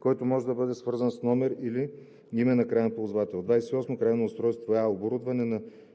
който може да бъде свързан с номер или име на краен ползвател. 28. „Крайно устройство“ е: а)